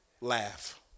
laugh